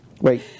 wait